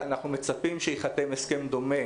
אנחנו מצפים שייחתם הסכם דומה